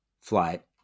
flight